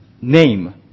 name